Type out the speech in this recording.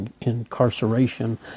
incarceration